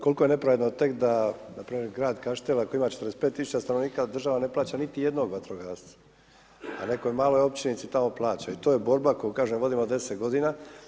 Kolika je nepravda tek da grad Kaštela koji ima 45 000 stanovnika, država ne plaća niti jednoga vatrogasca, a nekoj maloj općinici tamo plaća i to je borba koju kažem, vodimo 10 godina.